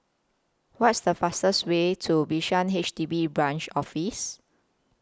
What IS The fastest Way to Bishan H D B Branch Office